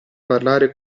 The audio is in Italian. parlare